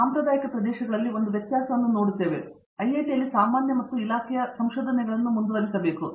ಸಾಂಪ್ರದಾಯಿಕ ಪ್ರದೇಶಗಳಲ್ಲಿ ನಾವು ಒಂದು ವ್ಯತ್ಯಾಸವನ್ನು ತೋರಿಸಬೇಕು ಅಥವಾ ನಾವು ಐಐಟಿಯಲ್ಲಿ ಸಾಮಾನ್ಯ ಮತ್ತು ನಮ್ಮ ಇಲಾಖೆಯ ಸಂಶೋಧನೆಗಳನ್ನು ಮುಂದುವರಿಸಬೇಕು